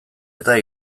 eta